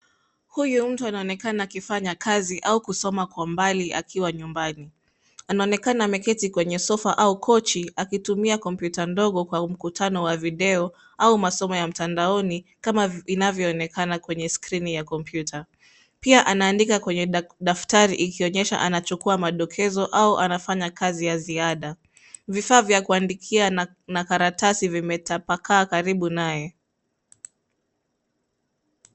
Huyu mtu anaonekana akifanya kazi au kusoma kwa mbali akiwa nyumbani. Anaonekana ameketi kwenye sofa au kochi akitumia kompyuta ndogo kwa mkutano wa video au masomo ya mtandaoni kama inavyoonekana kwenye skrini ya kompyuta. Pia anaandika kwenye daftari ikionyesha anachukua madokezo au anafanya kazi ya ziada. Vifaa vya kuandikia na karatasi vimetapakaa karibu naye.